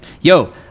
yo